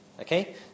Okay